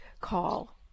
call